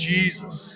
Jesus